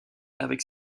avec